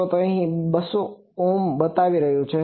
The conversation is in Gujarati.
તો અહીં તે 200Ω ઓહ્મ બતાવી રહ્યું છે